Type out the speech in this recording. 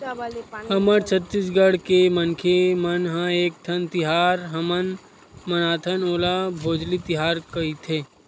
हमर छत्तीसगढ़ के मनखे मन ह एकठन तिहार हमन मनाथन ओला भोजली तिहार कइथे